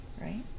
Right